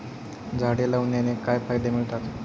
झाडे लावण्याने काय फायदे मिळतात?